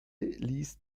ließ